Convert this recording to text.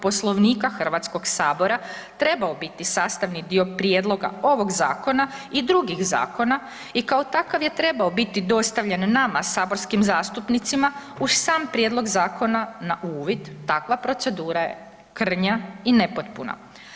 Poslovnika HS trebao biti sastavni dio prijedloga ovog zakona i drugih zakona i kao takav je trebao biti dostavljen nama saborskim zastupnicima uz sam prijedlog zakona na uvid, takva procedura je krnja i nepotpuna.